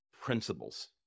principles